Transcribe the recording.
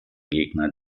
gegner